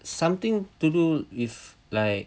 something to do with like